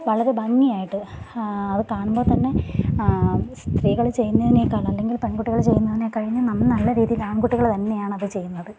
വളരെ ഭംഗിയായിട്ട് അത് കാണുമ്പോൾ തന്നെ സ്ത്രീകൾ ചെയ്യുന്നതിനേക്കാൾ അല്ലെങ്കിൽ പെൺകുട്ടികൾ ചെയ്യുന്നതിനെക്കഴിഞ്ഞ് നല്ലരീതിയിൽ ആൺകുട്ടികൾ തന്നെയാണ് അത് ചെയ്യുന്നത്